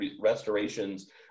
restorations